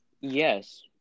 Yes